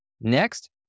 Next